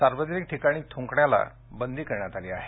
सार्वजनिक ठिकाणी थ्रंकण्याला बंदी करण्यात आली आहे